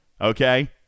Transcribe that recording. Okay